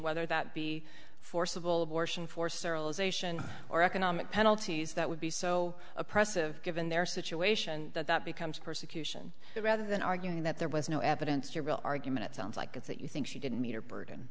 whether that be forcible abortion for sarah was ation or economic penalties that would be so oppressive given their situation that that becomes persecution rather than arguing that there was no evidence your real argument sounds like it's that you think she didn't meet her burd